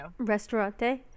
Restaurante